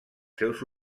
seus